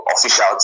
official